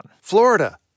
Florida